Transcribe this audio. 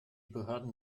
behörden